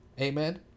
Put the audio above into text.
Amen